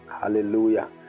hallelujah